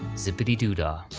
zip-a-dee-doo-da.